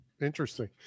Interesting